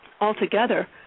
altogether